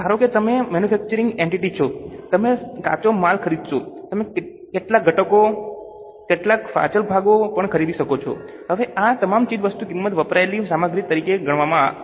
ધારો કે તમે મેન્યુફેક્ચરિંગ એન્ટિટી છો તમે કાચો માલ ખરીદશો તમે કેટલાક ઘટકો કેટલાક ફાજલ ભાગો પણ ખરીદી શકો છો હવે આ તમામ ચીજવસ્તુઓની કિંમત વપરાયેલી સામગ્રી તરીકે ગણવામાં આવે છે